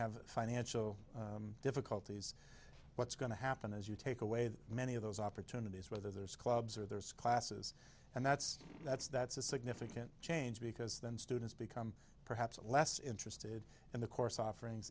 have financial difficulties what's going to happen is you take away that many of those opportunities where there's clubs or there's classes and that's that's that's a significant change because then students become perhaps less interested in the course offerings